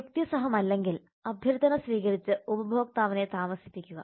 യുക്തിസഹമല്ലെങ്കിൽ അഭ്യർത്ഥന സ്വീകരിച്ച് ഉപഭോക്താവിനെ താമസിപ്പിക്കുക